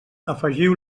afegiu